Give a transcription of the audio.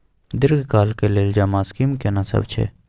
दीर्घ काल के लेल जमा स्कीम केना सब छै?